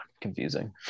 confusing